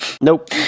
Nope